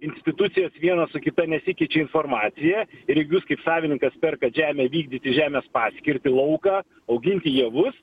institucijos viena su kita nesikeičia informacija ir jeigu jūs kaip savininkas perkat žemę vykdyti žemės paskirtį lauką auginti javus